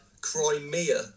Crimea